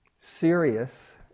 serious